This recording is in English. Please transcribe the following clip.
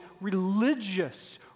religious